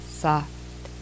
soft